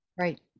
Right